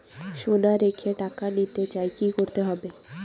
সোনা রেখে টাকা নিতে চাই কি করতে হবে?